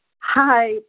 Hi